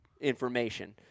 information